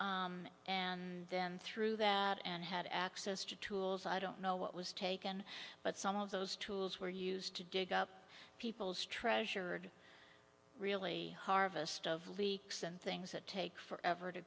but and then through that and had access to tools i don't know what was taken but some of those tools were used to dig up people's treasured really harvest of leaks and things that take forever to